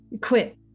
quit